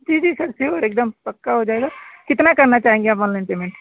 जी जी sir sure एक दम पक्का हो जाएगा कितना करना चाहेंगे आप ऑनलाइन पेमेंट